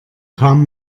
kam